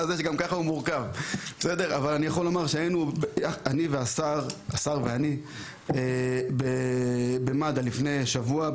אבל אני כן יכול לומר שהשר ואני ביקרנו במד"א לפני כשבוע,